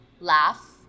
laugh